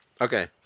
Okay